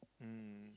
mm